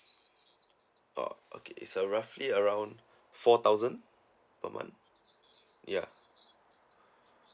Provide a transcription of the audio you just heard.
oh okay so roughly around four thousand per month ya